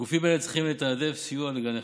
גופים אלה צריכים לתעדף סיוע לגני החיות.